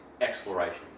exploration